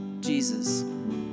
Jesus